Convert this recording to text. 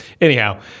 anyhow